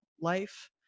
life